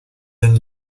elle